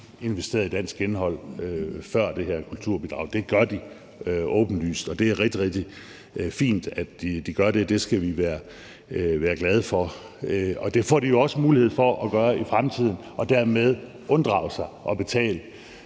ikke investerede i dansk indhold før det her kulturbidrag. Det gør de åbenlyst, og det er rigtig, rigtig fint, at de gør det. Det skal vi være glade for. Og det får de jo også mulighed for at gøre i fremtiden og dermed unddrage sig at betale